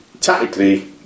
tactically